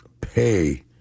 pay